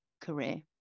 career